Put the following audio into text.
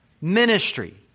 ministry